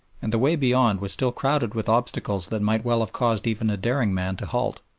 and the way beyond was still crowded with obstacles that might well have caused even a daring man to halt.